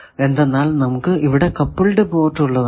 എന്തെന്നാൽ നമുക്ക് ഇവിടെ കപ്പിൾഡ് പോർട്ട് ഉള്ളതാണ്